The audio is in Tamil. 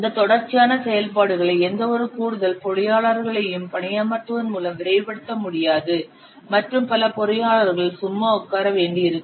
இந்த தொடர்ச்சியான செயல்பாடுகளை எந்தவொரு கூடுதல் பொறியாளர்களையும் பணியமர்த்துவதன் மூலம் விரைவுபடுத்த முடியாது மற்றும் பல பொறியியலாளர்கள் சும்மா உட்கார வேண்டியிருக்கும்